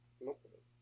Nope